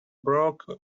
broke